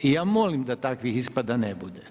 I ja molim da takvih ispada ne bude.